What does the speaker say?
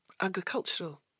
agricultural